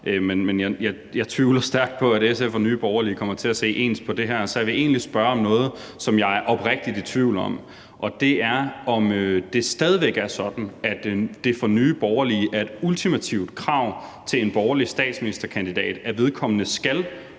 Men jeg tvivler stærkt på, at SF og Nye Borgerlige kommer til at se ens på det her, så jeg vil egentlig spørge om noget, som jeg oprigtigt er i tvivl om, og det er, om det stadig væk er sådan, at det for Nye Borgerlige er et ultimativt krav til en borgerlig statsministerkandidat, at vedkommende skal